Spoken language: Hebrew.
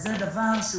זה דבר רגיש